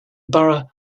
borough